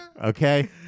Okay